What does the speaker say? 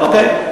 כלכלה, אוקיי.